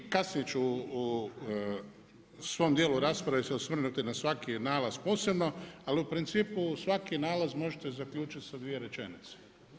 Kasnije ću se u svom dijelu rasprave osvrnuti na svaki nalaz posebno, ali u principu svaki nalaz možete zaključiti sa dvije rečenice.